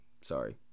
Sorry